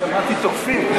שמעתי תוקפים.